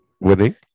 winning